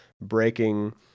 breaking